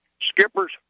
skipper's